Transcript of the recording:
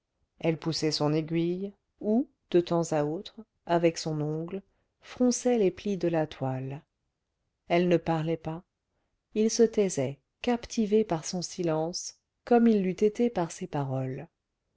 elle poussait son aiguille ou de temps à autre avec son ongle fronçait les plis de la toile elle ne parlait pas il se taisait captivé par son silence comme il l'eût été par ses paroles